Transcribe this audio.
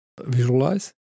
Visualize